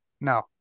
No